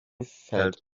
felt